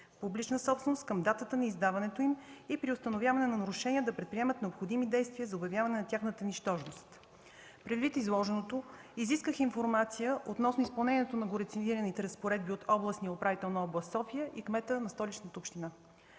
публична собственост, към датата на издаването им и при установяване на нарушения да предприемат необходими действия за обявяване на тяхната нищожност. Предвид изложеното изисках информация от областния управител на област София и кмета на Столичната община